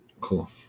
Cool